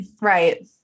right